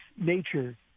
nature